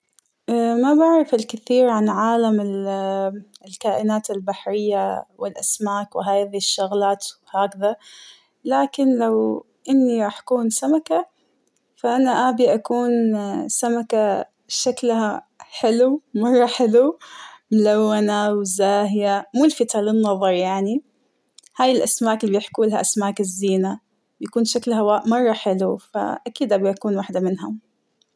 ما بعرف الكثير عن عالم الكائنات البحرية والأسماك وهذى الشغلات وهكذا ,لكن لوإنى راح أكون سمكة, فأنا أبى أكون سمكة شكلها حلو مرة حلو ,ملونة وزاهية ملفتة للنظر يعنى ،هاى الأسماك بيحكولها أسماك الزينة ،بيكون شكلها مرة حلو اكيد أبغى أكون وحدة منهم.